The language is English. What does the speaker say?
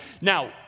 Now